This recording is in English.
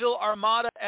armada